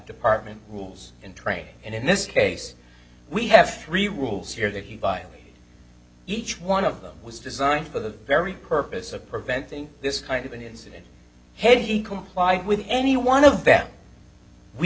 department rules and train and in this case we have three rules here that he violated each one of them was designed for the very purpose of preventing this kind of an incident had he complied with any one of them we